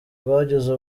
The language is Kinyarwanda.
rwagize